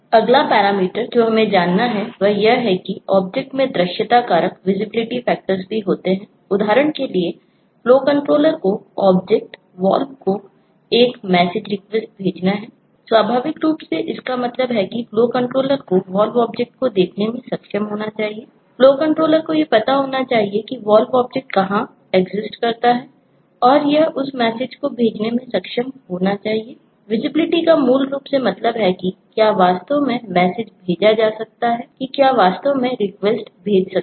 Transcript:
अगला पैरामीटर जो हमें जानना है वह यह है कि ऑब्जेक्ट्स भेज सकते है